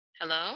Hello